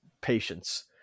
patience